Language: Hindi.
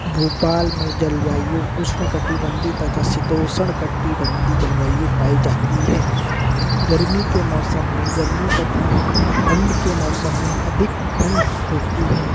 भोपाल में जलवायु उष्ण कटिबंधीय तथा शीतोष्ण कटिबंधीय जलवायु पाई जाती हैं गर्मी के मौसम में गर्मी तथा ठंड के मौसम में अधिक ठंड होती है